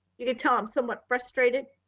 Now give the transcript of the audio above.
you could tell i'm somewhat frustrated.